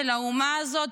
של האומה הזאת,